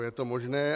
Je to možné.